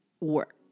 work